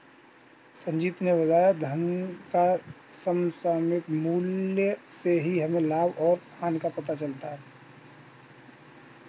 संजीत ने बताया धन का समसामयिक मूल्य से ही हमें लाभ और हानि का पता चलता है